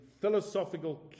philosophical